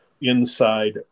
inside